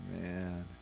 man